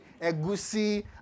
egusi